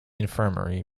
infirmary